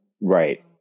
Right